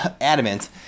adamant